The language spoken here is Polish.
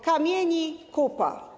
Kamieni kupa.